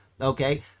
okay